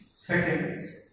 Second